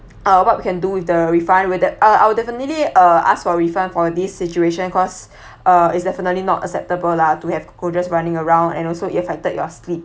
uh what we can do with the refund with the I will definitely uh ask for refund for this situation cause uh it's definitely not acceptable lah to have cockroaches running around and also it affected your sleep